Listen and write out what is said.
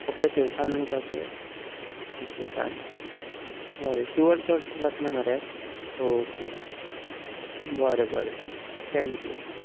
कपडे थंयसान घेवपाचे ओके जाणा बरें शुअर शॉट जातलें मरे ओके बरें बरें तर थँक्यू